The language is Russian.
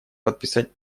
подписать